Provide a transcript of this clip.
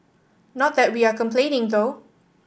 not that we are complaining though